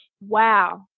Wow